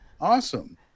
awesome